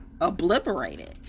obliterated